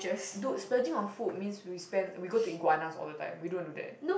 dude splurging on food means we spend we go to Iguanas all the time we don't do that